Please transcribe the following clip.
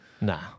Nah